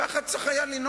כך היה צריך לנהוג.